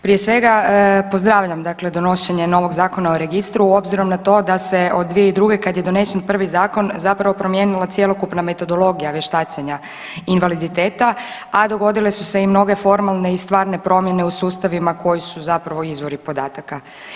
Prije svega pozdravljam dakle donošenje novog Zakona o registru obzirom na to da se od 2002. kad je donesen prvi zakon zapravo promijenila cjelokupna metodologija vještačenja invaliditeta, a dogodile su se i mnoge formalne i stvarne promjene u sustavima koji su izvori podataka.